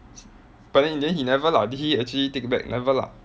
but then in the end he never lah did he actually take back never lah